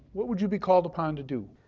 what would you be called upon to do.